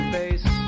face